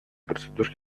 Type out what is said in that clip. процедур